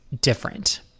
different